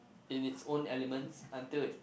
in it's own elements until it